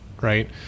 Right